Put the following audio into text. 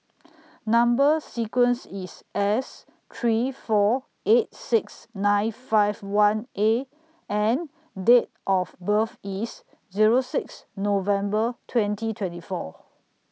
Number sequence IS S three four eight six nine five one A and Date of birth IS Zero six November twenty twenty four